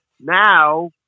Now